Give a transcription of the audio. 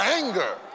anger